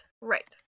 right